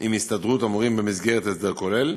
עם הסתדרות המורים במסגרת הסדר כולל,